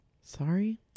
Sorry